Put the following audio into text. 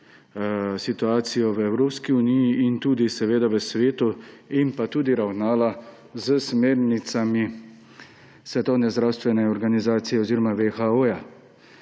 situacijo v Evropski uniji in tudi v svetu in pa tudi ravnala s smernicami Svetovne zdravstvene organizacije oziroma WHO.